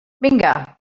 vinga